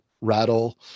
rattle